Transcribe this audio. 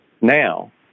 now